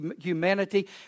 humanity